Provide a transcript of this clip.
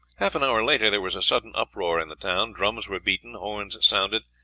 half an hour later there was a sudden uproar in the town, drums were beaten, horns sounded,